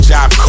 Job